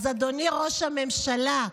אז אדוני ראש הממשלה,